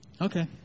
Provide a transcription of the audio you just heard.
okay